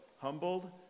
humbled